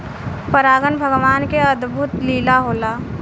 परागन भगवान के अद्भुत लीला होला